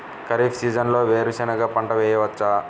ఖరీఫ్ సీజన్లో వేరు శెనగ పంట వేయచ్చా?